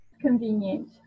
convenient